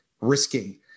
risking